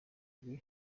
rwe